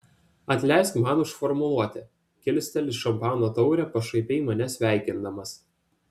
atleisk man už formuluotę kilsteli šampano taurę pašaipiai mane sveikindamas